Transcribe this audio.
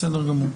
בסדר גמור.